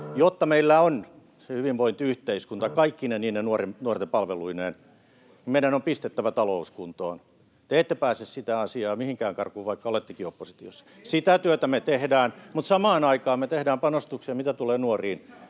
Jotta meillä on se hyvinvointiyhteiskunta kaikkine niine nuorten palveluineen, meidän on pistettävä talous kuntoon. Te ette pääse sitä asiaa mihinkään karkuun, vaikka olettekin oppositiossa. [Vihreiden ryhmästä: Tehän sitä johdatte!] Sitä työtä me tehdään, mutta samaan aikaan me tehdään panostuksia: mitä tulee nuoriin,